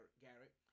Garrett